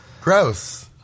Gross